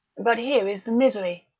but here is the misery,